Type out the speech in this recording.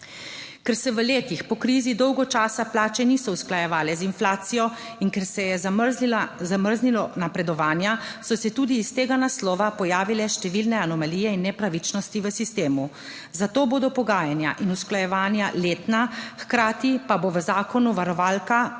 Ker se v letih po krizi dolgo časa plače niso usklajevale z inflacijo in ker se je zamrznilo napredovanja, so se tudi iz tega naslova pojavile številne anomalije in nepravičnosti v sistemu. Zato bodo pogajanja in usklajevanja letna, hkrati pa bo v zakonu varovalka